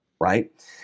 right